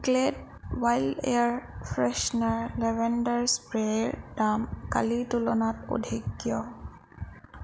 Glade wild air freshener lavender স্প্ৰেৰ দাম কালিৰ তুলনাত অধিক কিয়